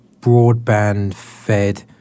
broadband-fed